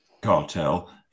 cartel